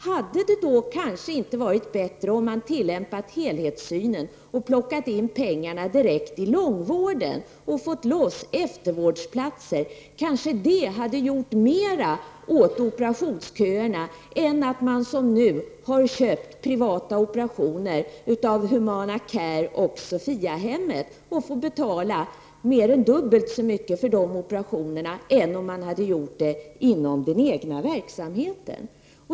Hade det inte varit bättre om man hade tillämpat helhetssynen och plockat över pengarna direkt till långvården och fått loss eftervårdsplatser? Då kanske man hade gjort mera åt operationsköerna än när man som i dag köper privata operationer av Humana Care och Sophiahemmet. Man får betala mer än dubbelt så mycket för dessa operationer i förhållande till om man hade gjort dem inom den egna verksamheten.